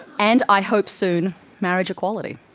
and i hope soon, marriage equality.